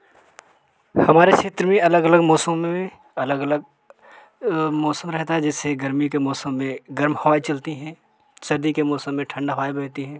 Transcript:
हमारे क्षेत्र में अलग अलग मौसमों में अलग अलग मौसम रहता है जैसे गर्मी के मौसम में गर्म हवाएँ चलती है सर्दी के मौसम में ठंड हवा बहती हैं